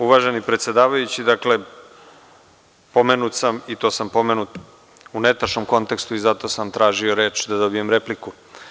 Uvaženi predsedavajući, pomenut sam, i to sam pomenut u netačnom kontekstu i zato sam tražio reč, da dobijem repliku.